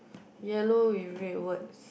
yellow with red words